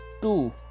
two